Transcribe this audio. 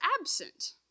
absent